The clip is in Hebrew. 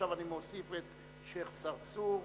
עכשיו אני מוסיף את שיח' צרצור.